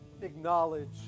acknowledge